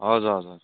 हजुर हजुर